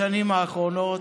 בשנים האחרונות.